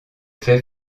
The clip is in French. fait